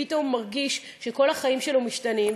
פתאום מרגיש שכל החיים שלו משתנים,